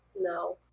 no